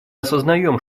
осознаем